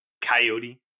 Coyote